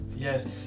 Yes